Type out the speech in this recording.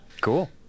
Cool